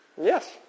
Yes